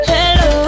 Hello